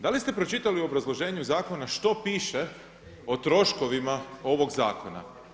Da li ste pročitali u obrazloženju zakona što piše o troškovima ovoga zakona?